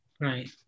Right